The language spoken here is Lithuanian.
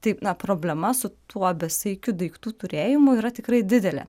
taip na problema su tuo besaikiu daiktų turėjimu yra tikrai didelė